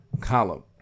column